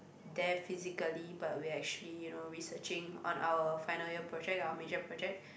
there physically but we're actually you know researching on our final year project our major project